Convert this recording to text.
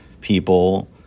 people